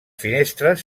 finestres